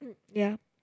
yup